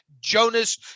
Jonas